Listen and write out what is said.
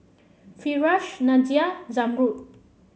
Firash Nadia Zamrud